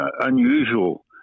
unusual